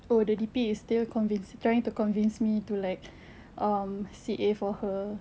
oh the D_P is still convinc~ trying to convince me to like um C_A for her